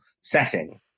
setting